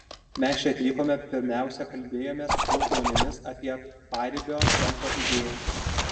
mes čia atvykome pirmiausia kalbėjomės su žmonėmis apie paribio centro idėją